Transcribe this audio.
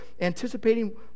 anticipating